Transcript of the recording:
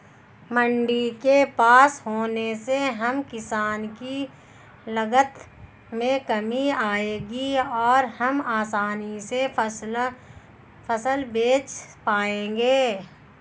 मंडी के पास होने से हम किसान की लागत में कमी आएगी और हम आसानी से फसल बेच पाएंगे